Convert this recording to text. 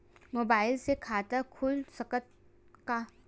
Mobile से खाता खुल सकथे का?